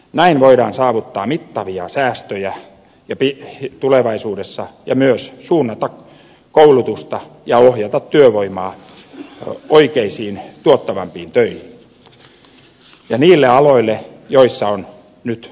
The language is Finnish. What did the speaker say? näin voidaan saavuttaa mittavia säästöjä tulevaisuudessa ja myös suunnata koulutusta ja ohjata työvoimaa oikeisiin tuottavampiin töihin ja niille aloille joilla on nyt työvoimapulaa